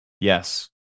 Yes